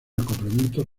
acoplamientos